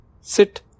Sit